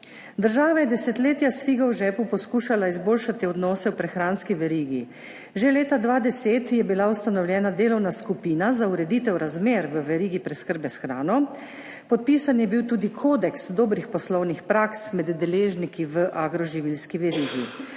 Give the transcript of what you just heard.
Država je desetletja s figo v žepu poskušala izboljšati odnose v prehranski verigi. Že leta 2010 je bila ustanovljena delovna skupina za ureditev razmer v verigi preskrbe s hrano, podpisan je bil tudi kodeks dobrih poslovnih praks med deležniki v agroživilski verigi,